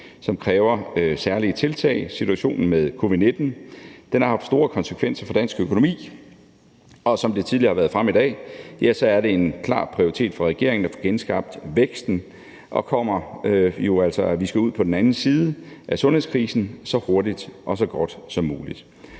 som kræver særlige tiltag. Situationen med covid-19 har haft store konsekvenser for dansk økonomi, og som det tidligere har været fremme i dag, er det en klar prioritet for regeringen at få genskabt væksten. Vi skal ud på den anden side af sundhedskrisen så hurtigt og så godt som muligt.